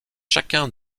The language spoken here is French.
chacun